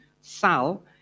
sal